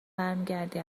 برمیگردی